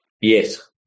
Yes